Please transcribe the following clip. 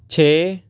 ਛੇ